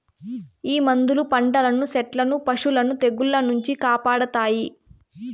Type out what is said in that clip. ఈ మందులు పంటలను సెట్లను పశులను తెగుళ్ల నుంచి కాపాడతాయి